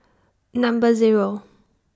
Number Zero